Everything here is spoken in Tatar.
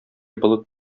болыт